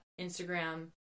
Instagram